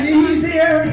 easier